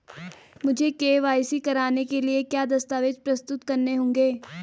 मुझे के.वाई.सी कराने के लिए क्या क्या दस्तावेज़ प्रस्तुत करने होंगे?